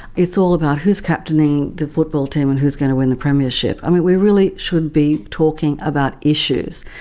it's all about who's captaining the football team and who's going to win the premiership. i mean, we really should be talking about issues,